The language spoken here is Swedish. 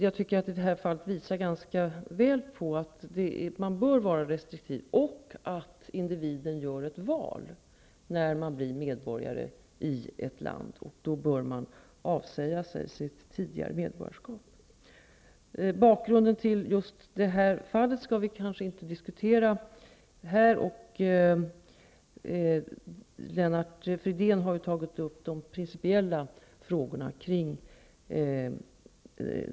Jag tycker emellertid att detta fall ganska väl visar att man bör vara restriktiv i detta sammanhang. Individen måste vara medveten om att han gör ett val när han blir medborgare i ett annat land. Då bör denna individ avsäga sig sitt tidigare medborgarskap. Bakgrunden till just detta fall skall vi kanske inte diskutera här. Lennart Fridén har ju tagit upp de principiella frågorna.